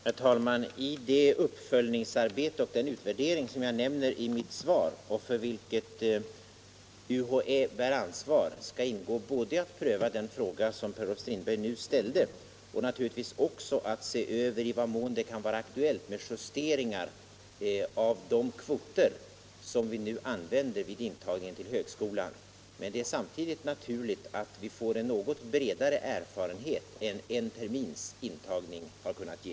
Herr talman! I det uppföljningsarbete och den utvärdering som jag nämner i mitt svar och för vilket UHÄ bär ansvar skall ingå både att pröva den fråga som Per-Olof Strindberg nu ställde och naturligtvis också att se över i vad mån det kan vara aktuellt med justeringar av de kvoter som vi nu tillämpar vid intagningen till högskolan. Men det är samtidigt naturligt att vi får en något bredare erfarenhet än vad en termins intagning har kunnat ge.